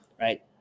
right